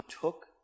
took